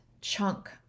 chunk